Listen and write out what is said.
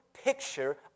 picture